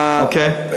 אוקיי.